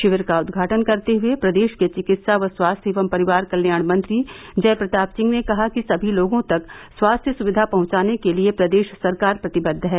शिविर का उद्घाटन करते हुए प्रदेश के चिकित्सा व स्वास्थ्य एवं परिवार कल्याण मंत्री जय प्रताप सिंह ने कहा कि सभी लोगों तक स्वास्थ्य सुविधा पहुंचाने के लिए प्रदेश सरकार प्रतिबद्व है